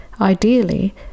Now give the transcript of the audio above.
Ideally